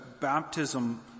baptism